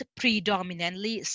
predominantly